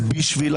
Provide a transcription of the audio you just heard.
המשפחה שלי,